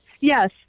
Yes